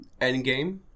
Endgame